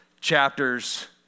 chapters